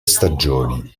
stagioni